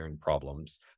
problems